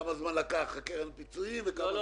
כמה זמן לקח בקרן פיצויים --- לא.